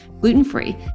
gluten-free